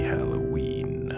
Halloween